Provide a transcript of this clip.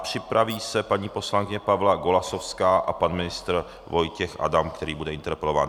Připraví se paní poslankyně Pavla Golasowská a pan ministr Vojtěch Adam, který bude interpelován.